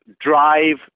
drive